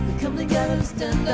come together and stood